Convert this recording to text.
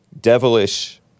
devilish